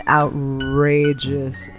outrageous